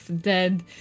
dead